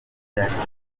yakemura